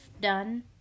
done